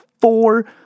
four